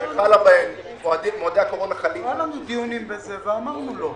שמועדי הקורונה חלים בהן.